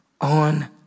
on